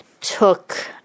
took